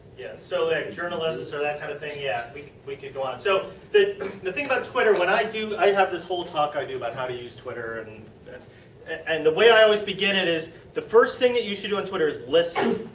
yeah so, like journalists or that type kind of thing. yeah we we could go on. so the the thing about twitter. when i do. i have this whole talk i do about how to use twitter and and and the way i always begin it is the first thing you should do on twitter is listen.